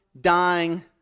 dying